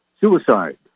Suicide